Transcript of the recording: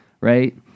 right